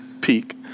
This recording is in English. Peak